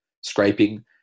scraping